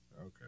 Okay